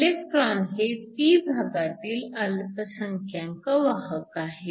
electron हे p भागातील अल्पसंख्यांक वाहक आहेत